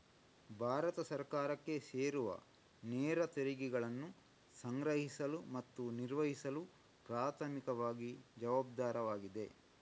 ಭಾರತ ಸರ್ಕಾರಕ್ಕೆ ಸೇರುವನೇರ ತೆರಿಗೆಗಳನ್ನು ಸಂಗ್ರಹಿಸಲು ಮತ್ತು ನಿರ್ವಹಿಸಲು ಪ್ರಾಥಮಿಕವಾಗಿ ಜವಾಬ್ದಾರವಾಗಿದೆ